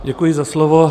Děkuji za slovo.